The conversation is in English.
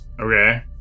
Okay